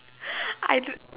I don't